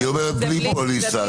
היא אומרת בלי פוליסה.